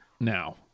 now